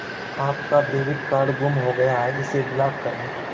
आपका debit card गुम हो गया है इसे ब्लॉक करें